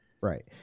Right